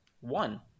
one